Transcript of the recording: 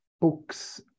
books